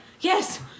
yes